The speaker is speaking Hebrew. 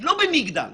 לא יקבלו אותה,